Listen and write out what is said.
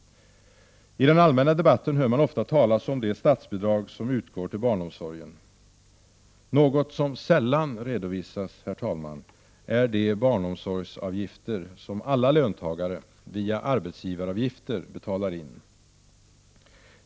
I den allmänna debatten hör man ofta talas om de statsbidrag som utgår till barnomsorgen. Något som sällan redovisas är de barnomsorgsavgifter som alla löntagare, via arbetsgivaravgifter, betalar in.